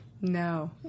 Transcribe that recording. No